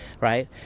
right